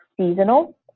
seasonal